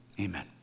amen